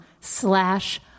slash